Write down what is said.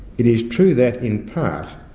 it is true that in part,